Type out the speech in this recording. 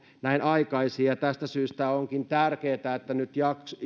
näin aikaisin tästä syystä onkin tärkeää että nyt